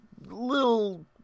little